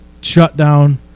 shutdown